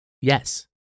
Yes